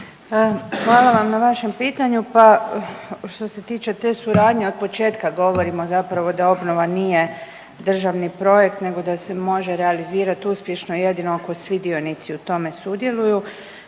Hvala vam na vašem pitanju, pa što se tiče te suradnje od početka govorimo zapravo da obnova nije državni projekt nego da se može realizirati uspješno jedino ako svi dionici u tome sudjeluju.